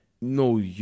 No